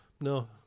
No